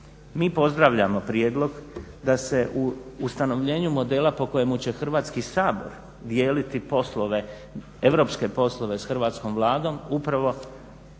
Mi pozdravljamo prijedlog da se u ustanovljenju modela po kojemu će Hrvatski sabor dijeliti europske poslove s hrvatskom Vladom upravo